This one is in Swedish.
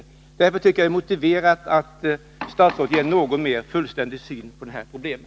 Mot den bakgrunden tycker jag att det är motiverat att statsrådet mera fullständigt redovisar sin syn på det här problemet.